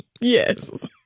Yes